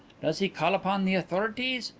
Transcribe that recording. does he call upon the authorities?